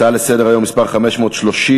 הצעה לסדר-היום מס' 530,